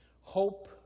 hope